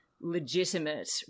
legitimate